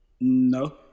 No